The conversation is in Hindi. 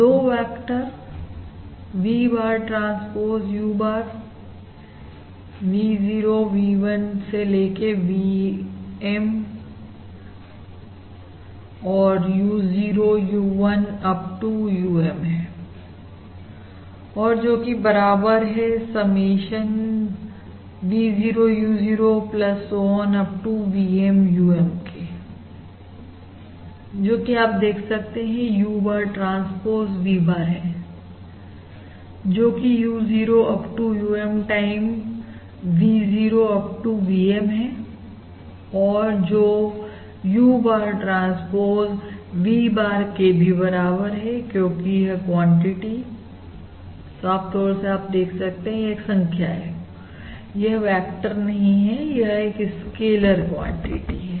2 vector V bar transpose U bar V0 V1 VM to U0 U1 Up to UM हैंजोकि बराबर है समेशन V0 U0 so on up to VM UM के जो कि आप देख सकते हैं U bar transpose V bar है जोकि U0 up to UM time V0 up to VM हैंऔर जो U bar transpose V bar के भी बराबर है क्योंकि यह क्वांटिटी साफ तौर से आप देख सकते हैं यह एक संख्या है यह एक वेक्टर नहीं है यह एक स्कैलर क्वांटिटी है